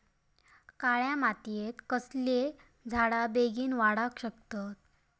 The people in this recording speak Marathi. काळ्या मातयेत कसले झाडा बेगीन वाडाक शकतत?